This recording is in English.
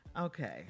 Okay